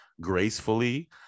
gracefully